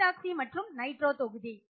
Methoxy மற்றும் nitro தொகுதி